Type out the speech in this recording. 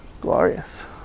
glorious